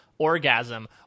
orgasm